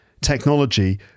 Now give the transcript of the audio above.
Technology